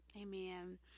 Amen